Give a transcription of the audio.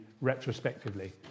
retrospectively